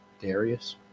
Darius